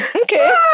Okay